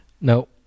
No